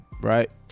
right